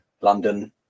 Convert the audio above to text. london